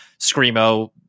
screamo